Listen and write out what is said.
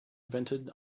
invented